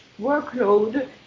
workload